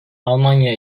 almanya